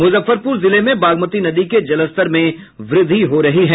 मुजफ्फरपुर जिले में बागमती नदी के जलस्तर में वृद्धि हो रही है